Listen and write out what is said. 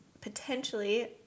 potentially